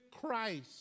Christ